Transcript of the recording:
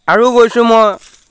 আৰু গৈছোঁ মই